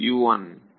ವಿದ್ಯಾರ್ಥಿ